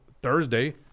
thursday